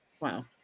Wow